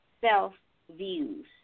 self-views